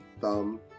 thumb